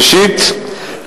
ראשית,